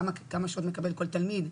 כמה שעות מקבל כל תלמיד?